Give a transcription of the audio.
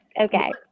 Okay